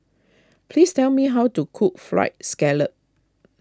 please tell me how to cook Fried Scallop